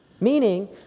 Meaning